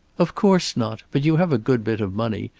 of course not. but you have a good bit of money.